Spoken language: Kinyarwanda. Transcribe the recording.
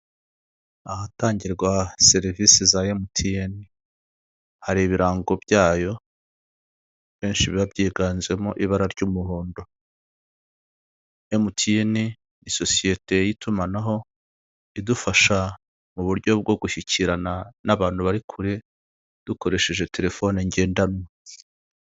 Ahatangirwa serivisi za emutiyeni hari ibirango byayo byinshi biba byiganjemo ibara ry'umuhondo emutiyeni ni isosiyete y'itumanaho idufasha mu buryo bwo gushyikirana n'abantu bari kure dukoresheje telefoni ngendanwa.